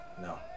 No